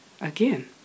again